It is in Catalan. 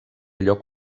lloc